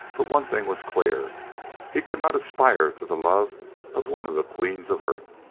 but one thing was clear he could not aspire to the love of one of the queens of earth.